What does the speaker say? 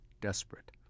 desperate